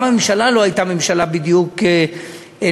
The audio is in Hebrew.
גם הממשלה לא הייתה ממשלה בדיוק נבחרת,